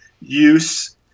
use